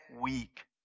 weak